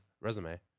resume